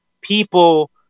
people